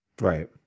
Right